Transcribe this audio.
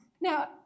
Now